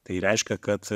tai reiškia kad